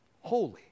holy